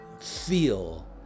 feel